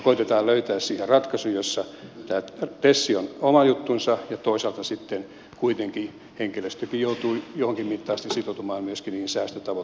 koetetaan löytää siihen ratkaisu jossa tämä tes on oma juttunsa ja toisaalta sitten kuitenkin henkilöstökin joutuu johonkin mittaan asti sitoutumaan myöskin niihin säästötavoitteisiin